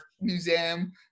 museum